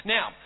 Now